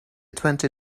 twenty